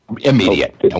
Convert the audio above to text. immediate